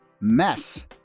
mess